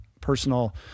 personal